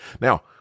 Now